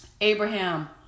Abraham